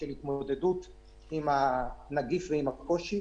של התמודדות עם הנגיף ועם הקושי.